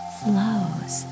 flows